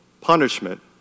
punishment